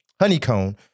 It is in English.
Honeycomb